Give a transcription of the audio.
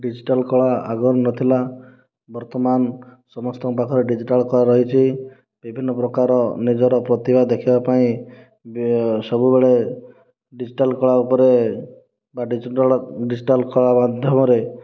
digital କଳା ଆଗରୁ ନଥିଲା ବର୍ତ୍ତମାନ ସମସ୍ତଙ୍କ ପାଖରେ ଡିଜିଟାଲ କଳା ରହିଛି ବିଭିନ୍ନ ପ୍ରକାର ନିଜର ପ୍ରତିଭା ଦେଖେଇବା ପାଇଁ ବେ ସବୁବେଳେ ଡିଜିଟାଲ କଳା ଉପରେ ବା ଡିଜିଟାଲ କଳା ମାଧ୍ୟମରେ